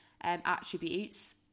attributes